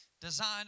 Designed